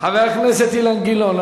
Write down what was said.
חברת הכנסת גלאון.